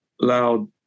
loud